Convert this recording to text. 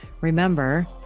Remember